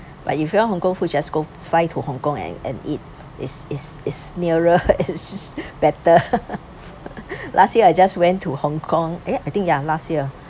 but if you like Hong-Kong food just go fly to Hong-Kong and and eat it's it's nearer it's better last year I just went to Hong-Kong eh I think ya last year